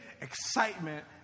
excitement